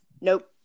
Nope